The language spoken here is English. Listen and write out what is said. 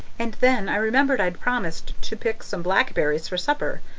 and then i remembered i'd promised to pick some blackberries for supper,